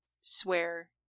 swear